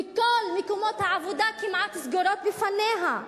וכל מקומות העבודה כמעט סגורים בפניה,